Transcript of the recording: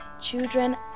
children